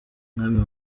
mwami